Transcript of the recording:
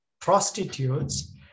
prostitutes